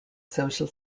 social